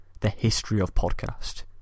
thehistoryofpodcast